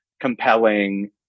compelling